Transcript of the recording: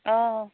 অঁ